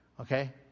Okay